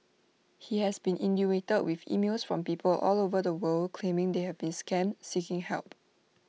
he has been inundated with emails from people all over the world claiming they have been scammed seeking help